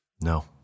No